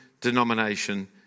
denomination